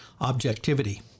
objectivity